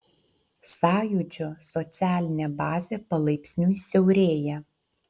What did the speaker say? sąjūdžio socialinė bazė palaipsniui siaurėja